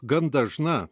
gan dažna